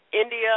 India